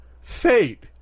fate